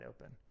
open